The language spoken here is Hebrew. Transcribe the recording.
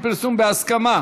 נתקבלה.